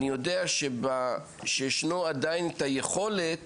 אני יודע שישנו עדיין את היכולת